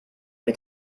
mit